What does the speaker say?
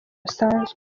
busanzwe